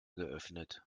geöffnet